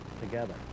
together